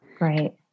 Right